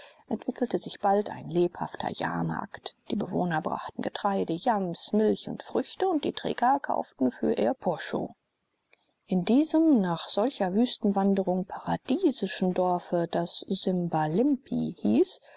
entwickelte sich bald ein lebhafter jahrmarkt die bewohner brachten getreide yams milch und früchte und die träger kauften für ihr posho in diesem nach solcher wüstenwanderung paradiesischen dorfe das simbalimpi hieß